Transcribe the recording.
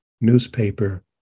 newspaper